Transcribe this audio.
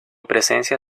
presencia